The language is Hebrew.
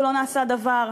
ולא נעשה דבר,